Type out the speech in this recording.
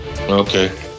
okay